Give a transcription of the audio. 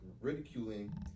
ridiculing